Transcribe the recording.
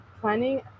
planning